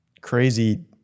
crazy